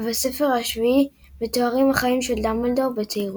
ובספר השביעי מתוארים חייו של דמבלדור בצעירותו.